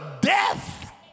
death